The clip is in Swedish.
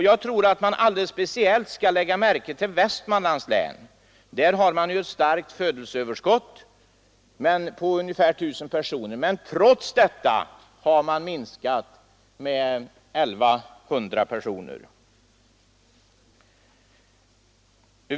Jag tror att man alldeles speciellt skall lägga märke till Västmanlands län, som har ett stort födelseöverskott på ungefär 1 000 personer men trots detta har minskat med 1 100 personer.